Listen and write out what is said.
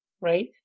right